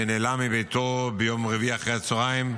שנעלם מביתו ביום רביעי אחרי הצוהריים,